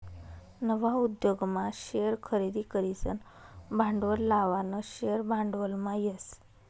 नवा उद्योगमा शेअर खरेदी करीसन भांडवल लावानं शेअर भांडवलमा येस